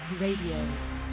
Radio